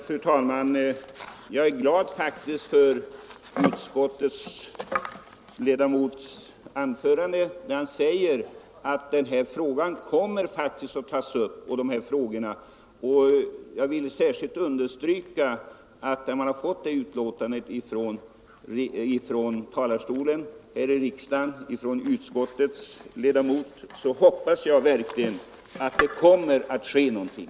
Fru talman! Jag är glad över herr Wictorssons anförande, eftersom 13 november 1974 han säger att den här frågan faktiskt kommer att tas upp. När vi har fått det uttalandet från utskottets talesman här i talarstolen hoppas jag verkligen att det kommer att ske någonting.